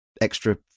extra